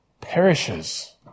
perishes